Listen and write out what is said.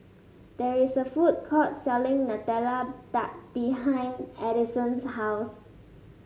there is a food court selling Nutella Tart behind Addison's house